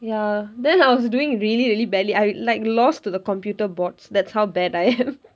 ya then I was doing really really badly I like lost to the computer bots that's how bad I am